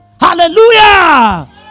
Hallelujah